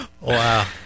Wow